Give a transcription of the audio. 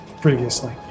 previously